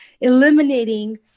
eliminating